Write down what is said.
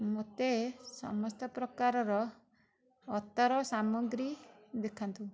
ମୋତେ ସମସ୍ତ ପ୍ରକାରର ଅତର ସାମଗ୍ରୀ ଦେଖାନ୍ତୁ